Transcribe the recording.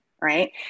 right